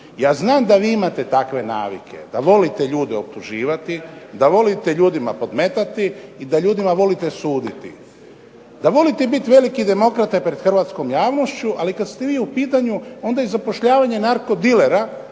Ja znam da vi imate takve navike, da volite ljude optuživati, da volite ljudima podmetati, i da ljudima volite suditi. Da volite biti veliki demokrat pred hrvatskom javnošću, ali kad ste vi u pitanju onda i zapošljavanje narkodilera